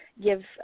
give